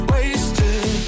Wasted